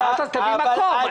אמרת: תביא מקור.